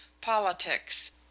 Politics